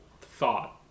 thought